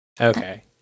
Okay